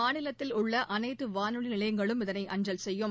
மாநிலத்தில் உள்ள அனைத்து வானொலி நிலையங்களும் இதனை அஞ்சல் செய்யும்